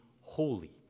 holy